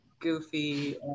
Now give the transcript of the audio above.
goofy